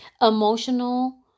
emotional